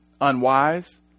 unwise